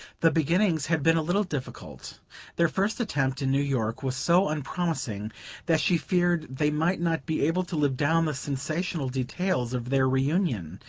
the beginnings had been a little difficult their first attempt in new york was so unpromising that she feared they might not be able to live down the sensational details of their reunion,